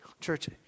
Church